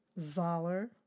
Zoller